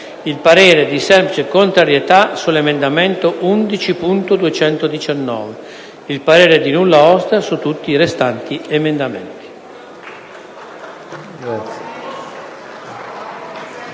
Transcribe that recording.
Il parere e di semplice contrarietasull’emendamento 11.219. Il parere e di nulla osta su tutti i restanti emendamenti».